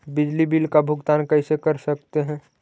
बिजली बिल का भुगतान कैसे कर सकते है?